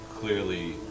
clearly